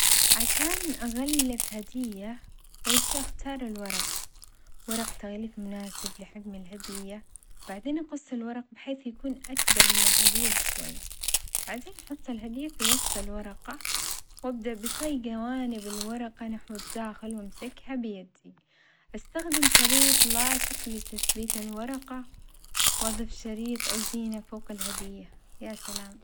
عشان أغلف هدية أول شي أختار الورق ورق تغليف مناسب لحجم الهدية، وبعدين أقص الورق بحيث يكون أكبر من الهدية بشوي بعدين أحط الهدية في وسط الورقة وأبدأ بطي جوانب الورقة نحو الداخل وأمسكها بيدي، أستخدم شريط لاصق لتثبيت الورقة وأظف شريط أو زينة فوق الهدية يا سلام.